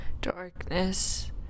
darkness